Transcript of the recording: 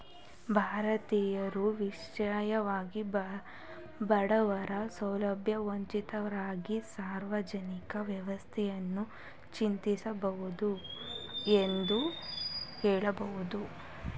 ಭಾರತೀಯರು ವಿಶೇಷವಾಗಿ ಬಡವರ ಸೌಲಭ್ಯ ವಂಚಿತರಿಗೆ ಸಾಮಾಜಿಕ ವ್ಯವಸ್ಥೆಯನ್ನು ರಚಿಸುವುದು ಎಂದು ಹೇಳಿದ್ರು